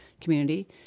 community